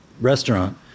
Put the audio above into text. restaurant